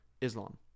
Islam